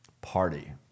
party